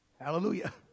Hallelujah